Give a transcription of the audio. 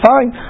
Fine